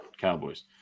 Cowboys